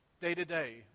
day-to-day